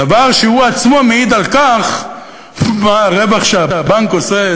דבר שהוא עצמו מעיד מהו הרווח שהבנק עושה,